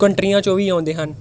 ਕੰਟਰੀਆਂ 'ਚੋਂ ਵੀ ਆਉਂਦੇ ਹਨ